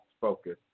focus